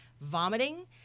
vomiting